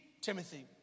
Timothy